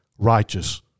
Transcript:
Righteous